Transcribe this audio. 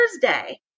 Thursday